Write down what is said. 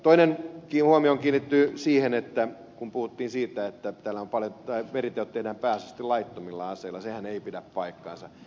toinen huomio kiinnittyy siihen että kun puhuttiin siitä että veriteot tehdään pääasiallisesti laittomilla aseilla sehän ei pidä paikkaansa